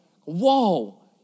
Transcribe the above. Whoa